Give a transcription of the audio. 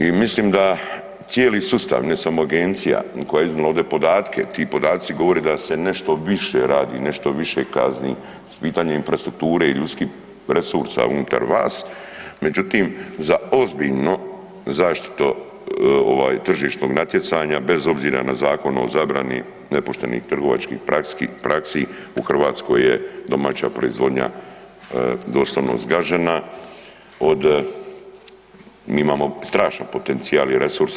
I mislim da cijeli sustav, ne samo agencija koja je iznijela ovdje podatke, ti podaci govore da se nešto više radi, nešto više kazni, pitanje infrastrukture i ljudskih resursa unutar vas, međutim za ozbiljnu zaštitu ovaj tržišnog natjecanja bez obzira na Zakon o zabrani nepoštenih trgovačkih praksi u Hrvatskoj je domaća proizvodnja doslovno zgažena od, mi imamo strašan potencijal i resurse.